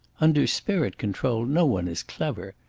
under spirit-control no one is clever.